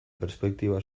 perspektiba